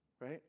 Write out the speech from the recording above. Right